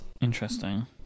Interesting